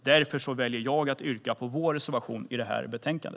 Därför väljer jag att yrka bifall till vår reservation i detta betänkande.